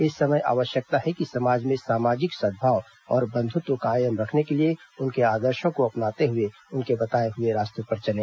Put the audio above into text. इस समय आवश्यकता है कि समाज में सामाजिक सद्भाव और बंधुत्व कायम रखने के लिए उनके आदर्शों को अपनाते हुए उनके बताए हुए रास्ते पर चलें